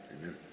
Amen